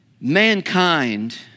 mankind